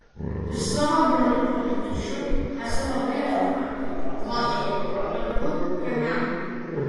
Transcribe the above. su savo broliu ponu kiču esu labai artima dvasiškai mat abu prie meno